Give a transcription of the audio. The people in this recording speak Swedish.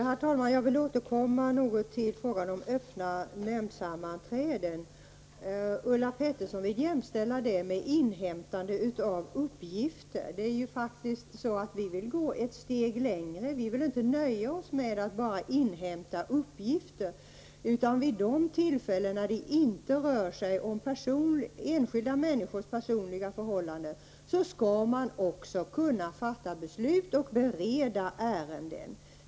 Herr talman! Jag vill återkomma något till frågan om öppna nämndssammanträden. Ulla Pettersson vill jämställa det med inhämtande av uppgifter. Vi vill faktiskt gå ett steg längre. Vi vill inte bara nöja oss med att inhämta uppgifter. Vid de tillfällen då det inte rör sig om enskilda människors personliga förhållanden skall man också kunna fatta beslut och bereda ärenden.